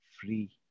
free